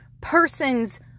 person's